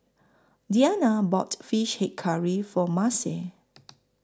Deanna bought Fish Head Curry For Marcie